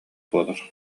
буолар